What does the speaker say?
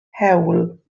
hewl